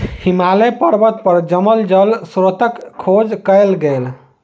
हिमालय पर्वत पर जमल जल स्त्रोतक खोज कयल गेल